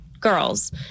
girls